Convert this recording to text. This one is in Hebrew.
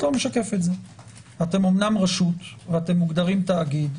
אתם אמנם רשות ומוגדרים תאגיד,